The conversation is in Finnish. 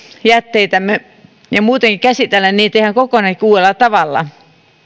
jätteitämme me muutenkin käsittelemme niitä ihan kokonaan uudella tavalla